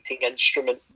instrument